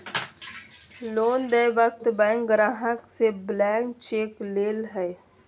loan देय वक्त bank ग्राहक से ब्लैंक चेक ले हइ